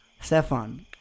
stefan